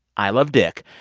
i love dick,